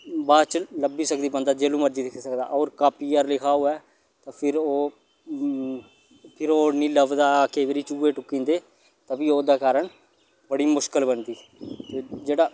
बाद च लब्भी सगदी जैह्लू मर्जी दिक्खी सकदा होर कापिया पर लिखे दा होवै ते फिर ओह् ओह् नीं लब्भदा केईं बारी चुहे टुक्की जंदे ते फ्ही ओह्दे कारण बड़ी मुश्कल बनदी ते जेह्ड़ा